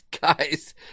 guys